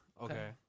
Okay